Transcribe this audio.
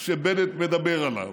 שבנט מדבר עליו.